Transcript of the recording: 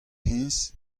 hennezh